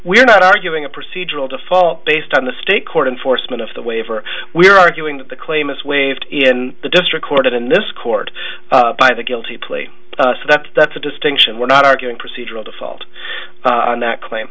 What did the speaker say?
we're not arguing a procedural default based on the state court and foresman of the waiver we're arguing that the claim is waived in the district court in this court by the guilty plea that that's a distinction we're not arguing procedural default and that claim